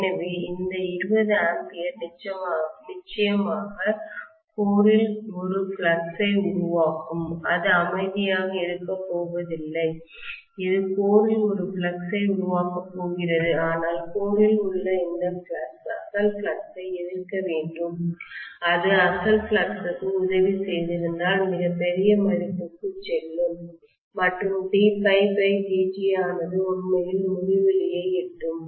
எனவே இந்த 20 A நிச்சயமாக கோரில் ஒரு ஃப்ளக்ஸ் ஐ உருவாக்கும் அது அமைதியாக இருக்கப் போவதில்லை இது கோரில் ஒரு ஃப்ளக்ஸ் ஐ உருவாக்கப் போகிறது ஆனால் கோரில் உள்ள இந்த ஃப்ளக்ஸ் அசல் ஃப்ளக்ஸை எதிர்க்க வேண்டும் அது அசல் ஃப்ளக்ஸ் க்கு உதவி செய்திருந்தால் மிகப் பெரிய மதிப்புக்கு செல்லும் மற்றும் d∅dt ஆனது உண்மையில் முடிவிலியை எட்டும்